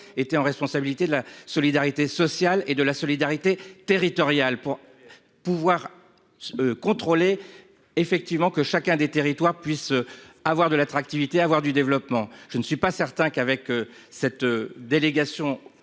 été en responsabilité de la solidarité sociale et de la solidarité territoriale pour pouvoir. Contrôler effectivement que chacun des territoires puissent avoir de l'attractivité avoir du développement. Je ne suis pas certain qu'avec cette délégation